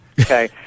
okay